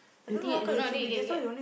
you think I don't know then you can get